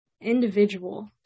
Individual